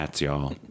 y'all